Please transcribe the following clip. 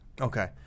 Okay